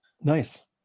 Nice